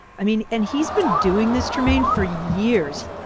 i mean, and he's been doing this, trymaine, for years.